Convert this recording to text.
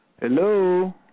Hello